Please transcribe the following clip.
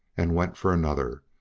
and went for another,